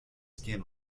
skin